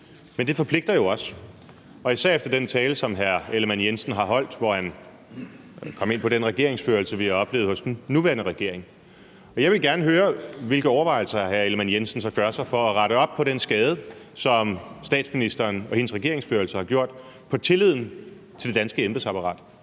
Men det forpligter jo også, og især efter den tale, som hr. Jakob Ellemann-Jensen har holdt, hvor han kom ind på den regeringsførelse, vi har oplevet hos den nuværende regering, og jeg vil gerne høre, hvilke overvejelser hr. Jakob Ellemann-Jensen så gør sig for at rette op på den skade, som statsministeren og hendes regeringsførelse har gjort på tilliden til det danske embedsapparat,